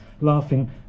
laughing